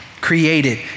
created